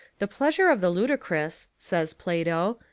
the pleasure of the ludicrous, says plato,